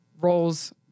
roles